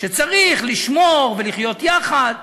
שצריך לשמור ולחיות יחד,